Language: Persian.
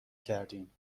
کردیم